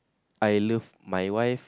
I love my wife